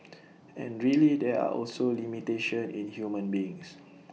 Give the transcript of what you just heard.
and really there are also limitation in human beings